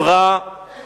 איזו קואליציה.